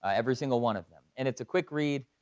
ah every single one of them. and it's a quick read,